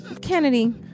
Kennedy